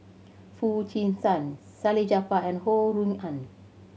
Foo Chee San Salleh Japar and Ho Rui An